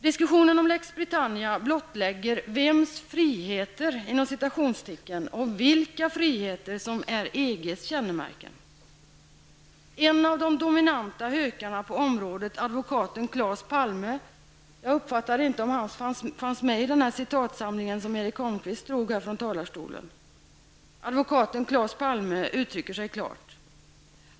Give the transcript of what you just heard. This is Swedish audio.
Diskussionen om Lex Britannia blottlägger vems ''friheter'' och vilka ''friheter'' som är EGs kännemärken. En av de dominanta hökarna på området, advokaten Claes Palme -- jag uppfattade inte om han fanns med i den citatsamling som Erik Holmkvist föredrog från talarstolen --, uttrycker sig klart.